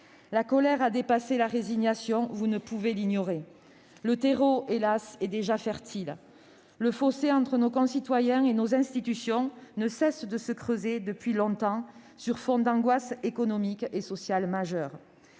La colère a dépassé la résignation, vous ne pouvez l'ignorer. Le terreau, hélas, est déjà fertile. Le fossé entre nos concitoyens et nos institutions ne cesse de se creuser depuis longtemps, sur fond d'angoisses économiques et sociales majeures.